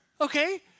Okay